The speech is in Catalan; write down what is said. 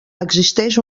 existeix